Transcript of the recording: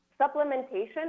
supplementation